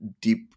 deep